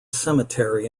cemetery